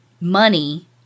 money